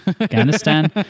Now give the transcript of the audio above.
Afghanistan